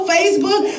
Facebook